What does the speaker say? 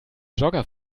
jogger